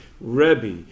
Rebbe